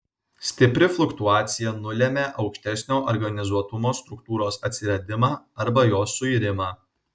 stipri fluktuacija nulemia aukštesnio organizuotumo struktūros atsiradimą arba jos suirimą